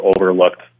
overlooked